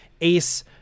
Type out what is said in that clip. Ace